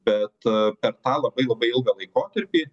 bet per tą labai labai ilgą laikotarpį